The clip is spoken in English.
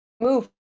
move